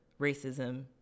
racism